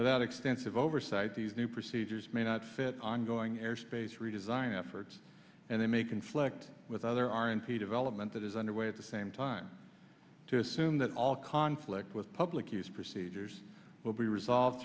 without extensive oversight these new procedures may not fit ongoing airspace redesign efforts and they may conflict with other r and p development that is underway at the same time to assume that all the conflict with public use procedures will be resolved